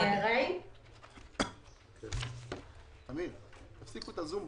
כפי